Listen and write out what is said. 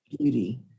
beauty